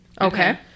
Okay